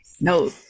No